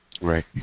Right